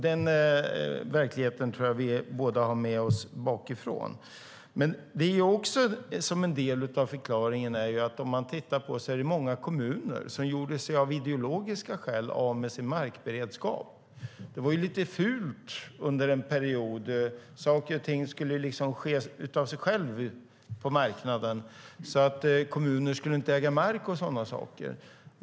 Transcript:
Den verkligheten tror jag att vi båda har med oss bakifrån. Som en del av förklaringen kan man också se att många kommuner av ideologiska skäl gjorde sig av med sin markberedskap. Det var ju lite fult under en period. Saker och ting skulle liksom ske av sig självt på marknaden. Kommuner skulle inte äga mark och sådana saker.